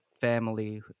family